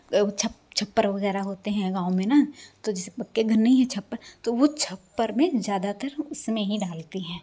वो छप छप्पर वगैरह होते हैं गाँव में ना तो जैसे पक्के घर नहीं हैं छप्पर तो वो छप्पर में ज़्यादातर उसमें ही डालती हैं